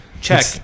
Check